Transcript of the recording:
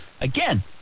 again